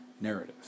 narrative